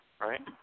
right